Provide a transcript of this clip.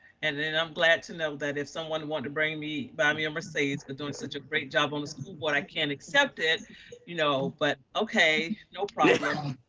and then i'm glad to know that if someone wanted to bring me, buy me a mercedes, for doing such a great job on the school board i can't accept it you know but okay. no problem.